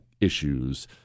issues